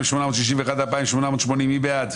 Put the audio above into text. רוויזיה על הסתייגויות 2600-2581, מי בעד?